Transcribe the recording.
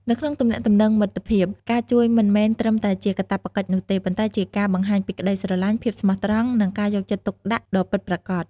នៅក្នុងទំនាក់ទំនងមិត្តភាព ការជួយមិនមែនត្រឹមតែកាតព្វកិច្ចនោះទេ ប៉ុន្តែជាការបង្ហាញពីក្តីស្រឡាញ់ ភាពស្មោះត្រង់ និងការយកចិត្តទុកដាក់ដ៏ពិតប្រាកដ។